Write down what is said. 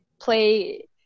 play